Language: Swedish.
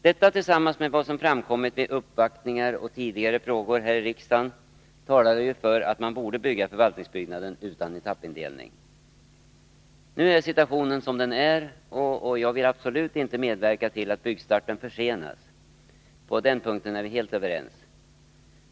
Detta tillsammans med vad som framkommit vid uppvaktningar och tidigare frågedebatter här i riksdagen talar ju för att man borde bygga förvaltningsbyggnaden utan etappindelning. Nu är situationen som den är, och jag vill absolut inte medverka till att byggstarten försenas. På den punkten är vi helt överens.